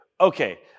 okay